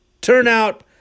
turnout